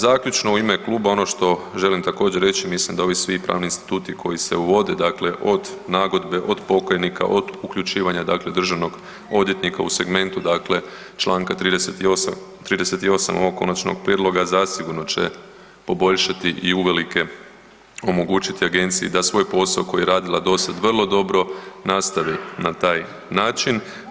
Zaključno u ime kluba ono što želim također reći mislim da ovi svi pravni instituti koji se uvode, dakle od nagodbe, od pokajnika, od uključivanja dakle državnog odvjetnika u segmentu dakle Članka 38. ovog konačnog prijedloga zasigurno će poboljšati i uvelike omogućiti agenciji da svoj posao koji je radila do sada vrlo dobro nastavi na taj način.